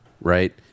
right